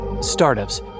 startups